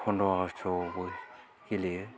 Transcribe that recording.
पनध्र आगष्ट' आवबो गेलेयो